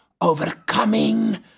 overcoming